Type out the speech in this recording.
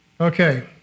Okay